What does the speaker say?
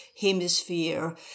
hemisphere